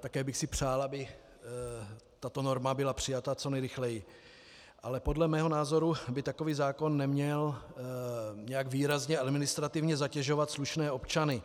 Také bych si přál, aby tato norma byla přijata co nejrychleji, ale podle mého názoru by takový zákon neměl nijak výrazně administrativně zatěžovat slušné občany,